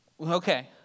Okay